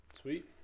Sweet